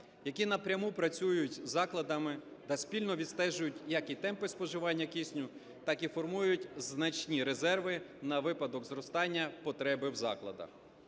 які напряму працюють із закладами та спільно відстежують як і темпи споживання кисню, так і формують значні резерви на випадок зростання потреби в закладах.